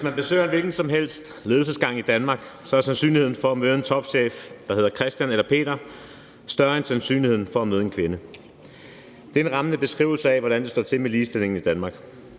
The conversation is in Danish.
Hvis man besøger en hvilken som helst ledelsesgang i Danmark, er sandsynligheden for at møde en topchef, der hedder Christian eller Peter, større end sandsynligheden for at møde en kvinde. Det er en rammende beskrivelse af, hvordan det står til med ligestillingen i Danmark.